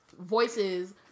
voices